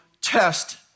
test